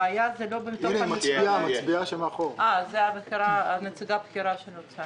הנציגה של האוצר